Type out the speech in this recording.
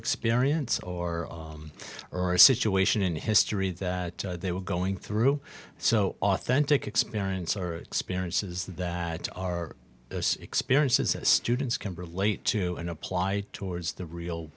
experience or are a situation in history that they were going through so authentic experience or experiences that are experiences that students can relate to and apply towards the real